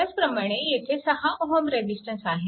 ह्याच प्रमाणे येथे 6 Ω रेजिस्टन्स आहे